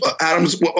adam's